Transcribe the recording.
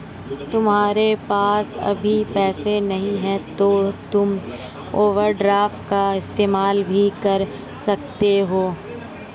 तुम्हारे पास अभी पैसे नहीं है तो तुम ओवरड्राफ्ट का इस्तेमाल भी कर सकते हो